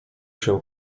się